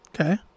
Okay